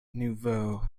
nouveau